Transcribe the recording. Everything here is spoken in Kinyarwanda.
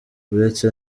uretse